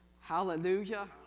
Hallelujah